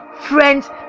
Friends